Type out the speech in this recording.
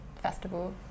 festival